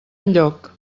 enlloc